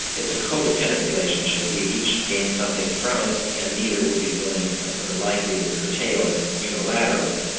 it's a co-dependent relationship. we each gain something from it, and neither will be willing or likely to curtail it unilaterally.